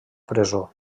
presó